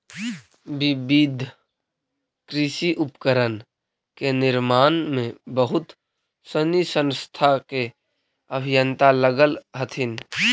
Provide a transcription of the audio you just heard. विविध कृषि उपकरण के निर्माण में बहुत सनी संस्था के अभियंता लगल हथिन